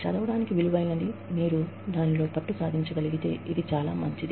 చదవడానికి విలువైనది మీరు దానిలో పట్టు సాధించగలిగితేఇది చాల మంచిది